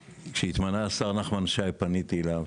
כשהתמנה השר נחמן שי, פניתי אליו,